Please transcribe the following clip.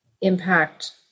impact